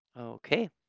Okay